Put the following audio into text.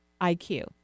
IQ